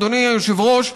אדוני היושב-ראש,